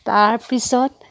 তাৰ পিছত